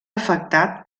afectat